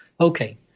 Okay